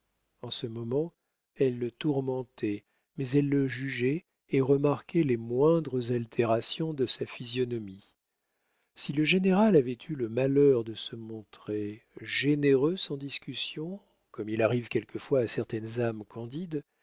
en ce moment elle le tourmentait mais elle le jugeait et remarquait les moindres altérations de sa physionomie si le général avait eu le malheur de se montrer généreux sans discussion comme il arrive quelquefois à certaines âmes candides